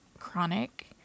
chronic